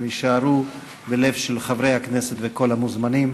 הם יישארו בלב של חברי הכנסת וכל המוזמנים.